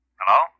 Hello